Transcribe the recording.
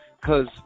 Cause